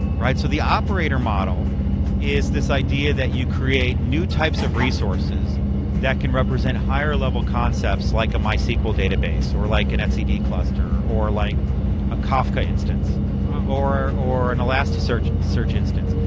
so the operator model is this idea that you create new types of resources that can represent higher level concepts, like a mysql database or like an etcd cluster or like a kafka instance or or an elastic search search instance.